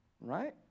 Right